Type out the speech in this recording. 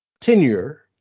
tenure